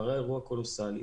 קרה אירוע קולוסאלי,